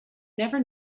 never